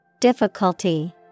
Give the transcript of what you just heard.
Difficulty